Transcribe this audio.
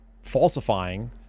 falsifying